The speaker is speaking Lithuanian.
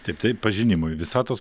taip tai pažinimui visatos